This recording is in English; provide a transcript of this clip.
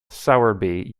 sowerby